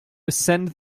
ascend